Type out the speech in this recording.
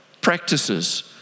practices